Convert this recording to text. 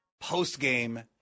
post-game